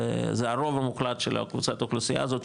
זה הרוב המוחלט של קבוצת האוכלוסייה הזאת,